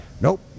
nope